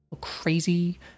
crazy